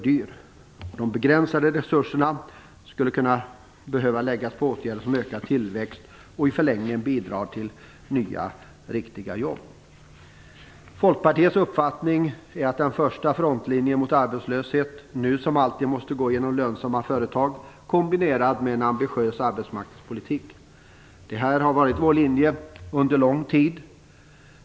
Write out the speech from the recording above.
De begränsade resurserna skulle behöva läggas på åtgärder som ökar tillväxt och i förlängningen bidrar till nya riktiga jobb. Folkpartiets uppfattning är att den första frontlinjen mot arbetslösheten, nu som alltid, måste gå genom lönsamma företag kombinerat med en ambitiös arbetsmarknadspolitik. Detta har varit vår linje under lång tid.